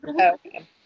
Okay